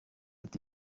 ati